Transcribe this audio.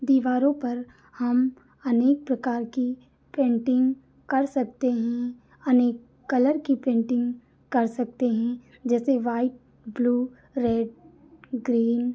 दीवारों पर हम अनेक प्रकार की पेन्टिंग कर सकते हें अनेक कलर की पेन्टिंग कर सकते हें जैसे वाइट ब्लू रेड ग्रीन